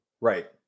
Right